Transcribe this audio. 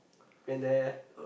can meh